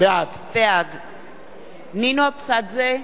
בעד נינו אבסדזה,